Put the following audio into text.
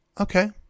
Okay